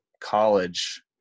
college